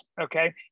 okay